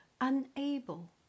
unable